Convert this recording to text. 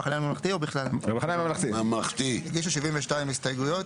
המחנה הממלכתי הגישו 72 הסתייגויות.